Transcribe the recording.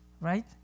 right